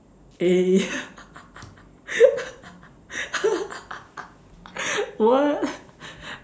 eh what